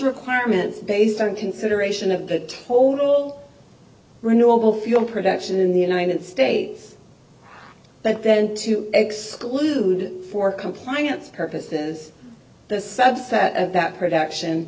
requirements based on consideration of the toll all renewable fuel production in the united states but then to exclude for compliance purposes the subset of that production